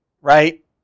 right